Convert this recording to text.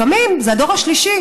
לפעמים זה הדור השלישי